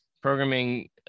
programming